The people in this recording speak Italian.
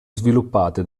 sviluppate